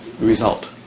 result